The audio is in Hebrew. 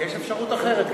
יש אפשרות אחרת.